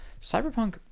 Cyberpunk